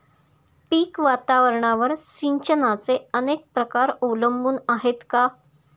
पीक वातावरणावर सिंचनाचे अनेक प्रकार अवलंबून आहेत का?